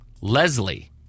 Leslie